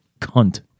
cunt